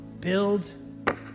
Build